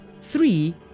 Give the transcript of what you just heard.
three